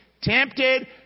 Tempted